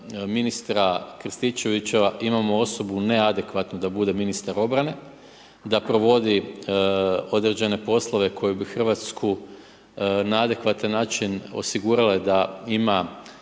ministra Krstičevića imamo osobu neadekvatnu da bude ministar obrane, da provodi određene poslove koji bi Hrvatsku na adekvatan način osigurale da imamo